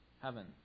heaven